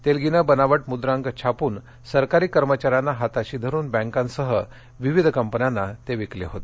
तेलगीनं बनावट मुद्रांक छापून सरकारी कर्मचाऱ्यांना हाताशी धरुन बँकांसह विविध कंपन्यांना ते विकले होते